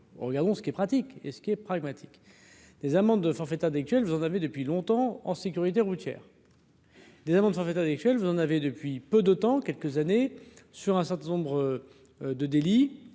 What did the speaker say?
regardons ce qui est pratique et ce qu'il est pragmatique des amendes forfaitaires desquels vous en avez fait depuis longtemps en sécurité routière. Des amendes forfaitaires délictuelles, vous en avez depuis peu de temps, quelques années sur un certain nombre de délits